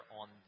on